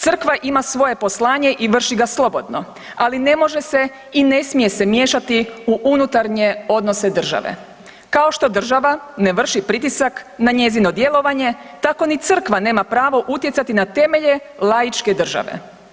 Crkva ima svoje poslanje i vrši ga slobodno, ali ne može se i ne smije se miješati u unutarnje odnose države, kao što država ne vrši pritisak na njezino djelovanje, tako ni crkva nema pravo utjecati na temelje laičke države.